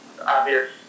obvious